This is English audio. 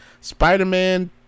Spider-Man